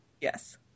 Yes